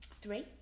three